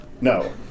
No